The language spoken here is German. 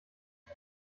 ich